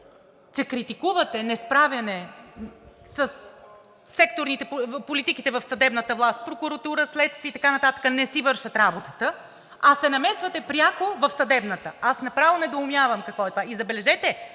че критикувате несправяне с политиките в съдебната власт – прокуратура, следствие и така нататък, не си вършат работата, а се намесвате пряко в съдебната. Аз направо недоумявам какво е това и забележете,